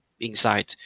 inside